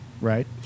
right